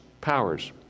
powers